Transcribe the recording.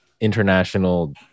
international